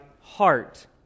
heart